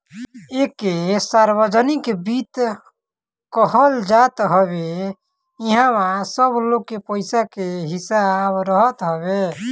एके सार्वजनिक वित्त कहल जात हवे इहवा सब लोग के पईसा के हिसाब रहत हवे